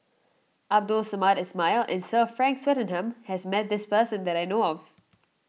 Abdul Samad Ismail and Sir Frank Swettenham has met this person that I know of